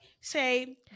say